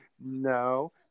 No